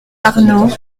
arnaud